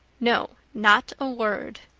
no, not a word.